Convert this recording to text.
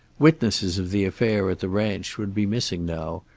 witnesses of the affair at the ranch would be missing now,